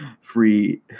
free